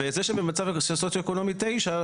וזה שבמצב סוציואקונומי תשעה,